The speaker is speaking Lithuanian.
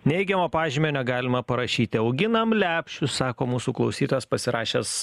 neigiamo pažymio negalima parašyti auginam lepšius sako mūsų klausytojas pasirašęs